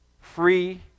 free